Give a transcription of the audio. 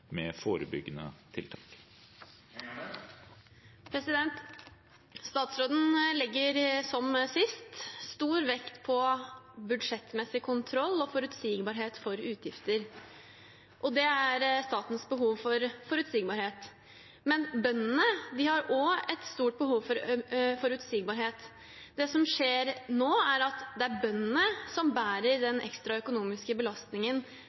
med forebyggende tiltak. Statsråden legger, som sist, stor vekt på budsjettmessig kontroll og forutsigbarhet for utgifter. Det er statens behov for forutsigbarhet, men bøndene har også et stort behov for forutsigbarhet. Det som skjer nå, er at det er bøndene som bærer den ekstra økonomiske belastningen